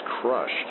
crushed